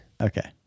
Okay